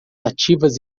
ativas